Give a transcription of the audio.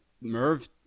Merv